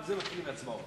ואז יתחילו ההצבעות.